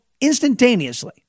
instantaneously